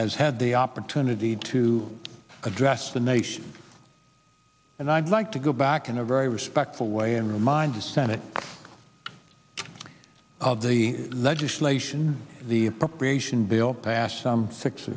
has had the opportunity to address the nation and i'd like to go back in a very respectful way and remind the senate of the legislation the appropriation bill passed some six